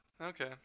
Okay